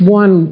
one